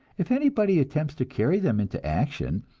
if anybody attempts to carry them into action,